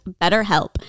BetterHelp